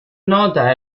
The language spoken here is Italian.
nota